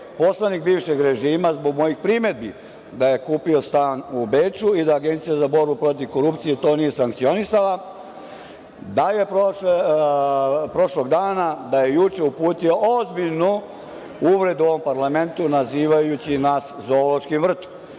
poslanik bivšeg režima, zbog mojih primedbi da je kupio stan u Beču i da je Agencija za borbu protiv korupcije to nije sankcionisala, prošlog dana, da je juče uputio ozbiljnu uvredu ovom parlamentu nazivajući nas zoološkim vrtom.